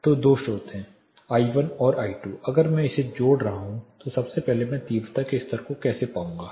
तो दो स्रोत हैं आई वन और आई टू अगर मैं इसे जोड़ रहा हूं तो सबसे पहले मैं तीव्रता के स्तर को कैसे पाऊंगा